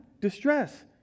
distress